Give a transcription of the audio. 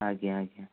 ଆଜ୍ଞା ଆଜ୍ଞା